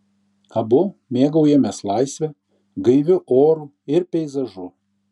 abu mėgaujamės laisve gaiviu oru ir peizažu